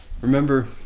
Remember